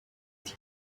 die